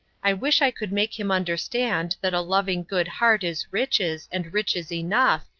i wish i could make him understand that a loving good heart is riches, and riches enough,